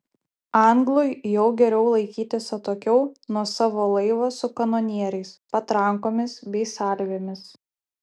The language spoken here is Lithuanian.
anglui jau geriau laikytis atokiau nuo savo laivo su kanonieriais patrankomis bei salvėmis